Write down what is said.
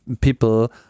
people